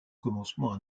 commencement